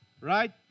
right